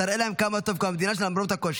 תראה להם כמה טוב במדינה שלנו למרות הקושי.